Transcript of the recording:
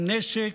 עם נשק,